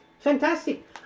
Fantastic